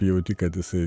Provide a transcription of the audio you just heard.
jauti kad jisai